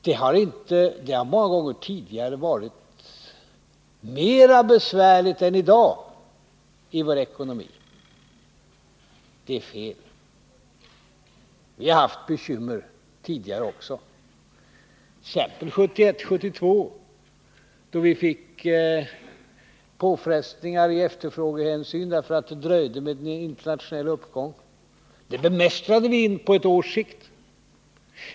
Det är fel att säga att det många gånger tidigare har varit besvärligare än det är i dag när det gäller vår ekonomi. Vi har haft bekymmer tidigare också, särskilt 1971 och 1972 då vi fick känna av påfrestningar i Åtgärder för att stabilisera ekono efterfrågehänseende, därför att det dröjde med en internationell konjunkturuppgång. Men det bemästrade vi på ett års sikt.